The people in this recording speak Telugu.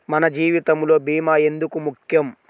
మన జీవితములో భీమా ఎందుకు ముఖ్యం?